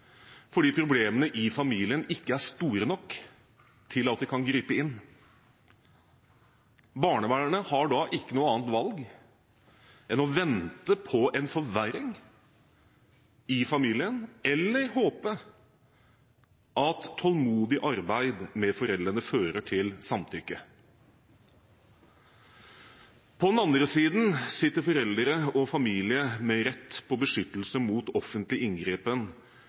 fordi problemene i familien ikke er store nok til at de kan gripe inn. Barnevernet har da ikke noe annet valg enn å vente på en forverring i familien eller håpe at tålmodig arbeid med foreldrene fører til samtykke. På den andre siden sitter foreldre og familie med rett på beskyttelse mot